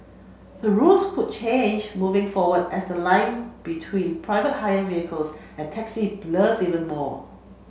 the rules could change moving forward as the line between private hire vehicles and taxi blurs even more